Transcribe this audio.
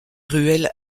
ruelles